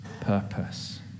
purpose